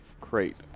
crate